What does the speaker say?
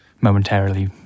momentarily